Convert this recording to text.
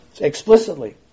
Explicitly